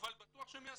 אבל בטוח שהם יעשו.